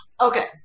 Okay